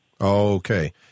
Okay